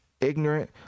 ignorant